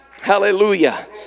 hallelujah